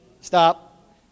Stop